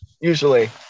usually